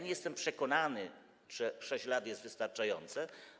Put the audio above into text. Nie jestem przekonany, że 6 lat jest wystarczające.